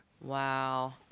Wow